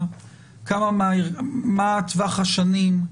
היא מה טווח השנים.